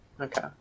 Okay